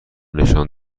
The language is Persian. نشان